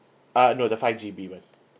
uh no the five G_B [one]